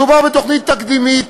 מדובר בתוכנית תקדימית,